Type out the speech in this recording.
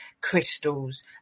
crystals